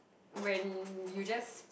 when you just